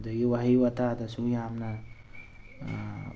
ꯑꯗꯒꯤ ꯋꯥꯍꯩ ꯋꯥꯇꯥꯗꯁꯨ ꯌꯥꯝꯅ